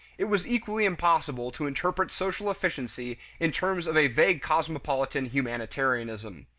it was equally impossible to interpret social efficiency in terms of a vague cosmopolitan humanitarianism.